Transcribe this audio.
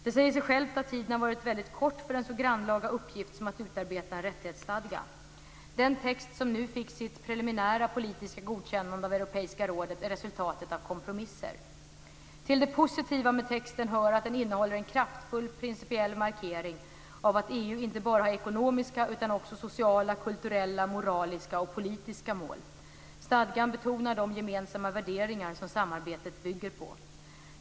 Det säger sig självt att tiden har varit kort för en så grannlaga uppgift som att utarbeta en rättighetsstadga. Den text som nu fick sitt preliminära politiska godkännande av Europeiska rådet är resultatet av kompromisser. Till det positiva med texten hör att den innehåller en kraftfull principiell markering av att EU inte bara har ekonomiska utan också sociala, kulturella, moraliska och politiska mål. Stadgan betonar de gemensamma värderingar som samarbetet bygger på.